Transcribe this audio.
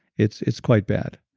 it's it's quite bad,